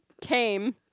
came